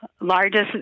largest